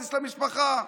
בחודש למשפחה,